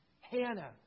Hannah